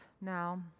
now